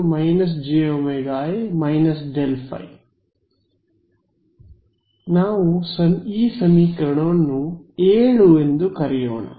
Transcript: E −j ωA ∇φ ನಾವು ಈ ಸಮೀಕರಣವನ್ನು 7 ಎಂದು ಕರೆಯೋಣ